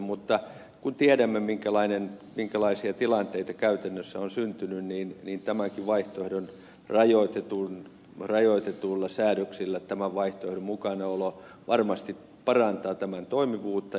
mutta kun tiedämme minkälaisia tilanteita käytännössä on syntynyt niin tämänkin vaihtoehdon mukanaolo rajoitetuilla säädöksillä varmasti parantaa tämän toimivuutta